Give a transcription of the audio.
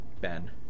Ben